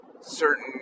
certain